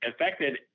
affected